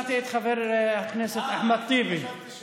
בגלל זה,